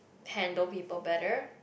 handle people better